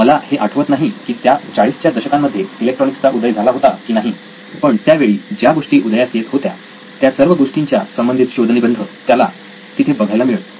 मला हे आठवत नाही की त्या चाळीस च्या दशकांमध्ये इलेक्ट्रॉनिक्स चा उदय झाला होता की नाही पण त्या वेळी ज्या गोष्टी उदयास येत होत्या त्या सर्व गोष्टींच्या संबंधित शोध निबंध त्याला तिथे बघायला मिळत